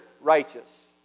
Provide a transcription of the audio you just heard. righteous